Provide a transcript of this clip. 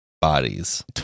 bodies